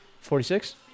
Forty-six